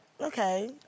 Okay